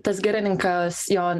tas girininkas jo